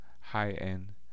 high-end